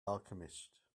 alchemist